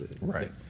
Right